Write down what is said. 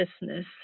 business